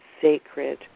sacred